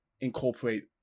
incorporate